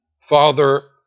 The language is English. Father